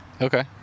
Okay